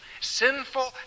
sinful